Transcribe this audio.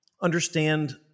understand